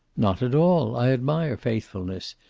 not at all. i admire faithfulness.